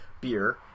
beer